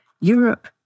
Europe